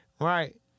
Right